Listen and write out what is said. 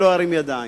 אני לא ארים ידיים.